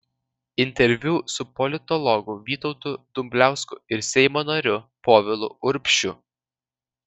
interviu su politologu vytautu dumbliausku ir seimo nariu povilu urbšiu